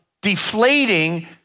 deflating